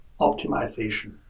optimization